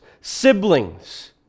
Siblings